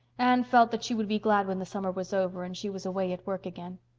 anne felt that she would be glad when the summer was over and she was away at work again.